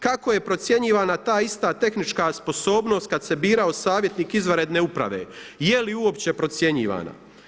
Kako je procjenjivana ta ista tehnička sposobnost kad se birao savjetnik izvanredne uprave i je li uopće procjenjivana?